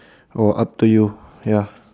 oh up to you ya